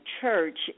church